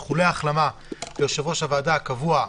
איחולי החלמה ליושב-ראש הוועדה הקבוע,